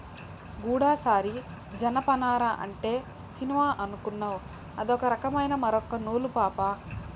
గూడసారి జనపనార అంటే సినిమా అనుకునేవ్ అదొక రకమైన మూరొక్క నూలు పాపా